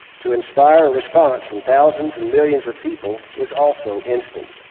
to inspire response from thousands and millions of people is also instant.